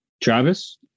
Travis